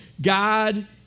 God